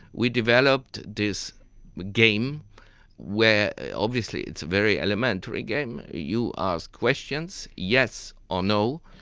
we developed this game where obviously it's a very elementary game, you ask questions, yes or no,